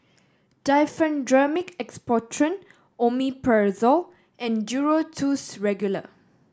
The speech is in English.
Diphenhydramine Expectorant Omeprazole and Duro Tuss Regular